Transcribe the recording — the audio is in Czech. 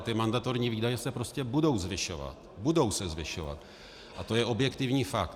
A mandatorní výdaje se prostě budou zvyšovat, budou se zvyšovat a to je objektivní fakt.